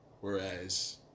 whereas